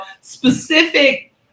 specific